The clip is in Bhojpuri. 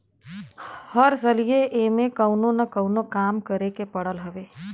हर सलिए एमे कवनो न कवनो काम करे के पड़त हवे